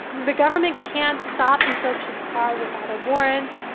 the government can't stop and search his car without a warrant.